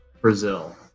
Brazil